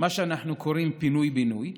מה שאנחנו קוראים פינוי-בינוי,